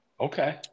okay